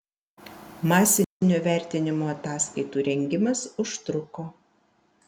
masinio vertinimo ataskaitų rengimas užtruko